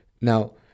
Now